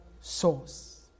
source